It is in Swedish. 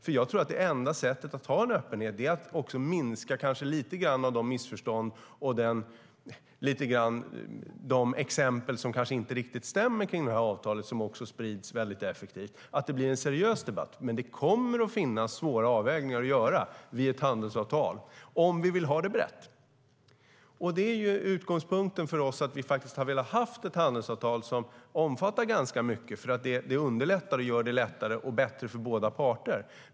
Och jag tror att det enda sättet att ha en öppenhet är att minska lite grann av de missförstånd och de exempel som kanske inte riktigt stämmer kring det här avtalet och som sprids effektivt, så att det blir en seriös debatt. Men det kommer att finnas svåra avvägningar att göra vid ett handelsavtal om vi vill ha det brett. Utgångspunkten för oss har varit ett handelsavtal som omfattar ganska mycket, för det underlättar och gör det bättre för båda parter.